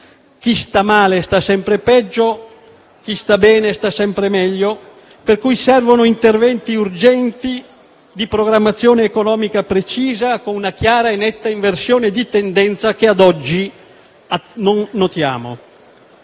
chi sta male, sta sempre peggio, chi sta bene sta sempre meglio. Pertanto servono interventi urgenti, di programmazione economica precisa, con una chiara e netta inversione di tendenza che a oggi non notiamo.